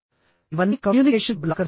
ఇవన్నీ communication blockers